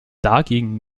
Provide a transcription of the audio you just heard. dagegen